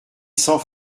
sans